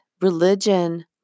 religion